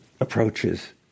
approaches